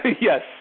Yes